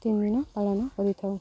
ତିନ ଦିନ ପାଳନ କରିଥାଉ